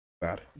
Bad